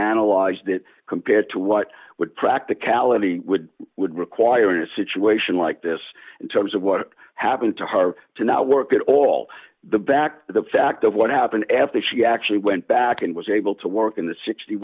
analyzed it compared to what would practicality would would require in a situation like this in terms of what happened to her to not work at all the back the fact of what happened after she actually went back and was able to work in the sixty